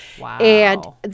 Wow